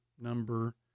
number